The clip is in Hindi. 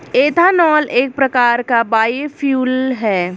एथानॉल एक प्रकार का बायोफ्यूल है